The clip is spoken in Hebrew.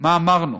מה אמרנו.